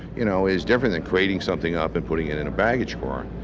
you know, is different than crating something up and putting it in a baggage car.